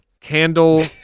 candle